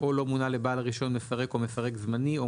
או לא מונה לבעל הרישיון מפרק או מפרק זמני או